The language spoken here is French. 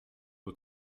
aux